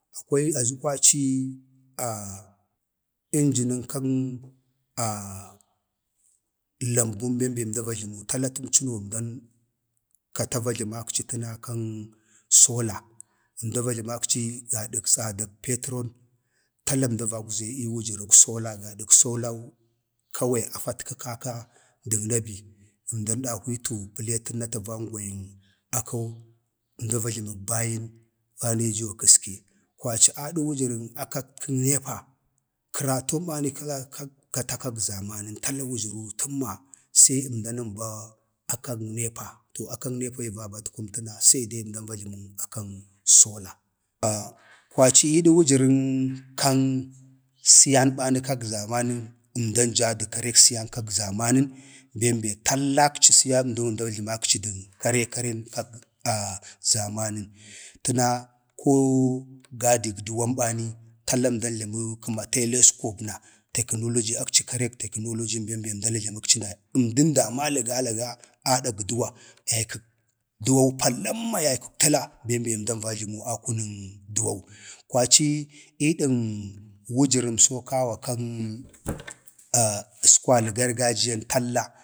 akwai azu kwaci injənən kan lambun bem be əmdan va jləmu tala atəmcəo əmdan kata va jləmakci tala kan solar əmdan va jləmakci gadək tsadak petron tala əmda vagwze wujərək solar gadak solau kawai. afatkə kaka dən nəbi əmdan dahwiitu pletən na atu van gwayin akai, əmda va jləmək bayin vaniyi diiwa kəske, kwaci ada wujərən akatkən NEPA kəraton bani kəraton kafa kag zamanən tala wujəru tamma se əmdan ba akan kan NEPA to akan NEPA yi va batkwam təna se de akan solar kwaci iidən wujərən kan siyan bani kak zamanən əmdn jaa du karen kak siyan kak zamanən bem be tallakci siyamdo əmdau va jləməkci dən kare karen kag zamanən təno koo gadik duwan bani, tala əmdan jləmə kəma teleskop na tekandogin akci karek tekəndoyi na əmdən damdi ga laga adag duwa yay kəg duwau palamma yaykəg talla bem be əmdan va jləmu akunən duwau. kwaci iidən wujərəmso kawa kan kan əskwda gargajiyan tala